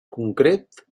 concret